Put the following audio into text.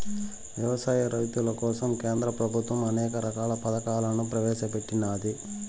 వ్యవసాయ రైతుల కోసం కేంద్ర ప్రభుత్వం అనేక రకాల పథకాలను ప్రవేశపెట్టినాది